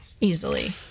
easily